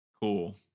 Cool